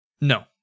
No